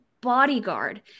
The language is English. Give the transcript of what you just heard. bodyguard